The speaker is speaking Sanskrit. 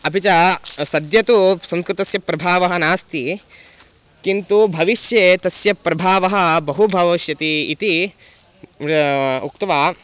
अपि च सद्यः तु संस्कृतस्य प्रभावः नास्ति किन्तु भविष्ये तस्य प्रभावः बहु भव् इष्यति इति उक्त्वा